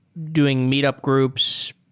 doing meet up groups,